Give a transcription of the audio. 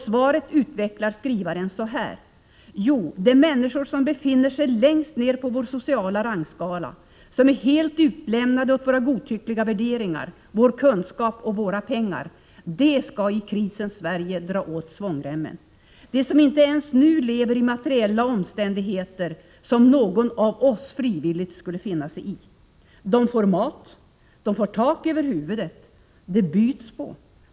Svaret utvecklar skrivaren så här: ”Jo, de människor som befinner sig längst ner på vår sociala rangskala, som är helt utlämnade åt våra godtyckliga värderingar, vår kunskap och våra pengar, de skall ”i krisens Sverige” dra åt svångremmen. De som inte ens nu lever i materiella omständigheter som någon av oss frivilligt skulle finna sig i! De får mat. De får tak över huvudet. De byts på.